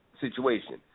situation